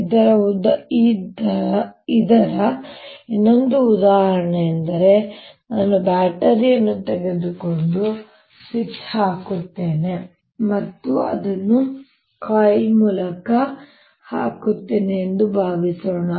ಇದರ ಇನ್ನೊಂದು ಉದಾಹರಣೆಯೆಂದರೆ ನಾನು ಬ್ಯಾಟರಿಯನ್ನು ತೆಗೆದುಕೊಂಡು ಸ್ವಿಚ್ ಹಾಕುತ್ತೇನೆ ಮತ್ತು ಅದನ್ನು ಕಾಯಿಲ್ ಮೂಲಕ ಹಾಕುತ್ತೇನೆ ಎಂದು ಭಾವಿಸೋಣ